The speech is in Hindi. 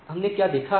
हम क्या देखा है